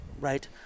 right